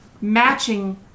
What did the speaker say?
Matching